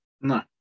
No